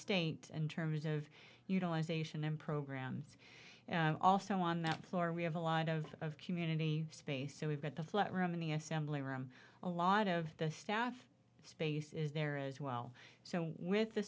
state in terms of utilization and programs also on that floor we have a lot of community space so we've got the flight room in the assembly room a lot of the staff space is there as well so with the